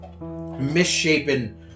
misshapen